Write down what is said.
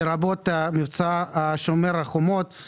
לרבות במבצע "שומר חומות".